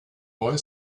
boy